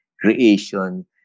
creation